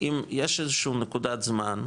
אם יש איזושהי נקודת זמן,